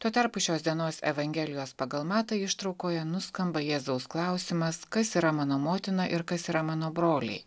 tuo tarpu šios dienos evangelijos pagal matą ištraukoje nuskamba jėzaus klausimas kas yra mano motina ir kas yra mano broliai